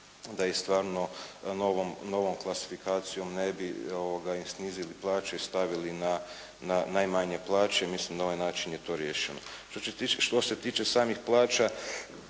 da ih stvarno novom klasifikacijom ne bi im snizili plaću i stavili na najmanje plaće, mislim da je to na ovaj način riješeno. Što se tiče samih plaća,